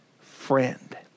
friend